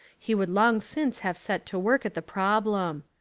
he would long since have set to work at the prob lem.